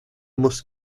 must